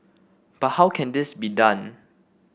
but how can this be done